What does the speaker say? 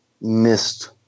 missed